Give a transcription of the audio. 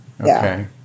Okay